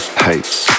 hates